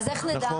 אז איך נדע?